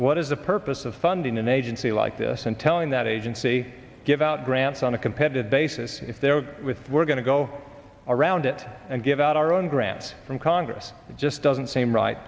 what is the purpose of funding an agency like this and telling that agency give out grants on a competitive basis if they're with we're going to go around and give out our own grants from congress it just doesn't seem right